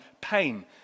pain